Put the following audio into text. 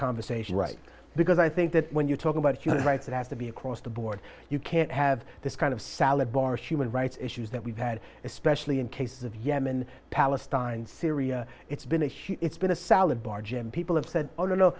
conversations right because i think that when you talk about human rights it has to be across the board you can't have this kind of salad bar human rights issues that we've had especially in case of yemen palestine syria it's been a huge it's been a salad bar jim people have said oh no